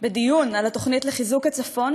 בדיון על התוכנית לחיזוק הצפון,